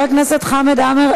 חבר הכנסת חמד עמאר,